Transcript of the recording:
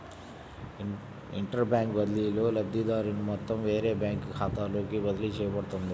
inter bank బదిలీలో, లబ్ధిదారుని మొత్తం వేరే బ్యాంకు ఖాతాలోకి బదిలీ చేయబడుతుంది